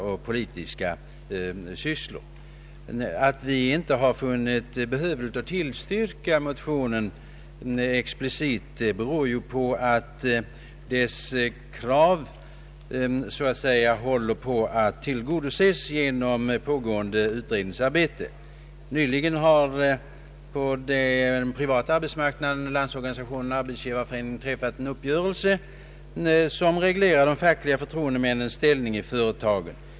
Skälet till att vi inte har ansett det vara behövligt att explicit tillstyrka motionen är att motionsyrkandet är på väg att tillgodoses genom pågående utredningsarbete. Nyligen har på den privata arbetsmarknaden Landsorganisationen och Arbetsgivareföreningen träffat en uppgörelse som reglerar de fackliga förtroendemännens ställning i företagen.